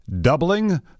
doubling